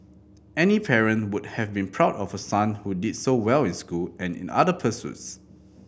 any parent would have been proud of a son who did so well in school and in other pursuits